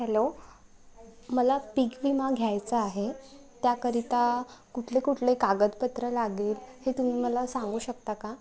hello मला पीक विमा घ्यायचा आहे त्याकरिता कुठले कुठले कागदपत्र लागेल हे तुम्ही मला सांगू शकता का